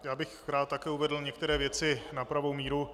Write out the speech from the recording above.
Já bych rád také uvedl některé věci na pravou míru.